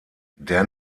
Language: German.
der